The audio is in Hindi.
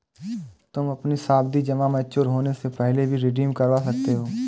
तुम अपनी सावधि जमा मैच्योर होने से पहले भी रिडीम करवा सकते हो